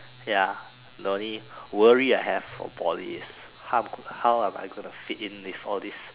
ya the only worry I have for Poly is how how am I going to fit in with all these